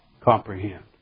comprehend